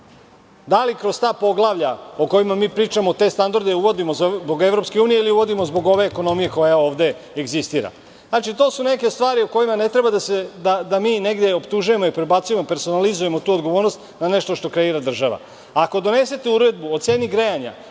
Da li kroz ta poglavlja o kojima mi pričamo, te standarde uvodimo zbog EU ili uvodimo zbog ove ekonomije koja ovde egzistira? To su neke stvari o kojima ne treba da mi negde optužujemo i prebacujemo personalizujemo tu odgovornost na nešto što kreira država. Ako donesete uredbu o ceni grejanja